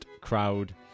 crowd